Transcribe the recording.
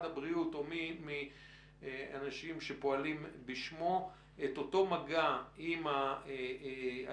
הבריאות או מי מהאנשים שפועלים בשמו את אותו מגע עם האדם